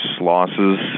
losses